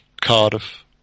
Cardiff